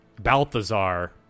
Balthazar